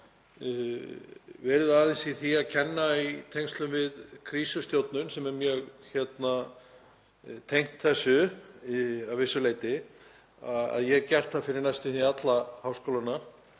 verið aðeins í því að kenna í tengslum við krísustjórnun, sem er mjög tengd þessu að vissu leyti — ég hef gert það fyrir næstum því alla háskólana